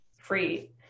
free